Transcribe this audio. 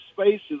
spaces